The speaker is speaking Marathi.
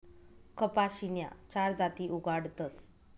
कपाशीन्या चार जाती उगाडतस